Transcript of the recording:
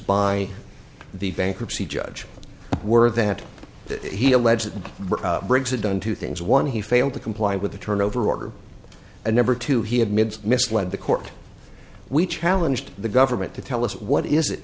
by the bankruptcy judge were that that he alleges briggs had done two things one he failed to comply with the turnover order and number two he admits misled the court we challenged the government to tell us what is it